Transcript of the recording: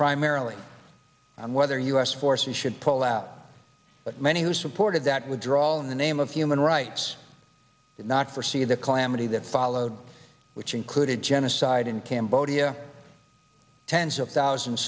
primarily on whether u s forces should pull out but many who supported that withdrawal in the name of human rights did not perceive the calamity that followed which included genocide in cambodia tens of thousands